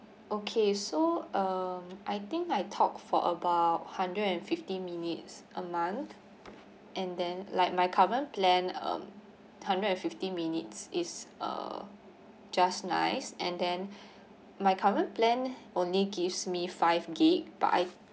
okay so um I think I talk for about hundred and fifty minutes a month and then like my current plan um hundred and fifty minutes it's uh just nice and then my current plan only gives me five G_B but I